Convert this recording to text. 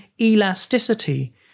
elasticity